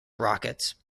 rockets